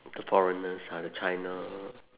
the foreigners ah the china